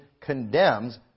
condemns